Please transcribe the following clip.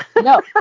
No